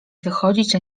wychodzić